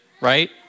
right